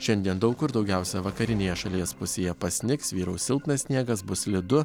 šiandien daug kur daugiausia vakarinėje šalies pusėje pasnigs vyraus silpnas sniegas bus slidu